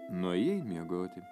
nuėjai miegoti